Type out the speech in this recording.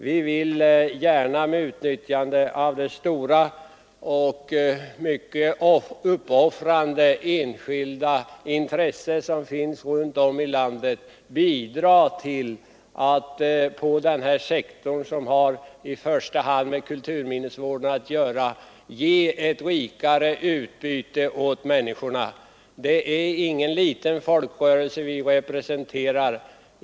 Vi vill gärna med utnyttjande av det stora och mycket uppoffrande enskilda intresse som finns runt om i landet bidra till att på denna sektor, som i första hand har med kulturminnesvården att göra, ge ett rikare utbyte för människorna. Det är ingen liten folkrörelse vi representerar.